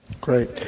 Great